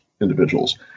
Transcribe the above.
individuals